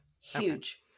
huge